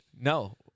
No